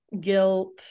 guilt